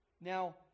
Now